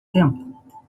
tempo